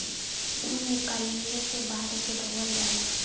ऊन निकलले के बाद ओके धोवल जाला